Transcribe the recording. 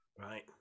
right